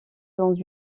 dans